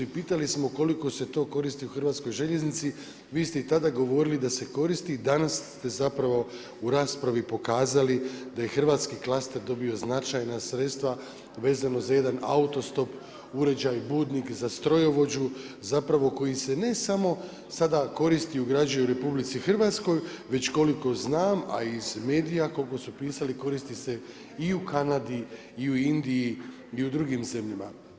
I pitali smo koliko se to koristi u hrvatskoj željeznici, vi ste i tada govorili da se koristi i danas ste zapravo u raspravi pokazali da je hrvatski klaster dobio značajna sredstva vezano za jedan autostop uređaj, budnik za strojovođu, zapravo koji se ne samo sada koristi i ugrađuje u RH već koliko znam a iz medija koliko su pisali koristi se i u Kanadi i u Indiji i u drugim zemljama.